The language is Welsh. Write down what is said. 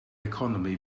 economi